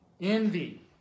envy